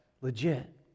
legit